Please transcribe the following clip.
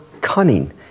cunning